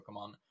Pokemon